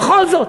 בכל זאת.